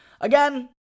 again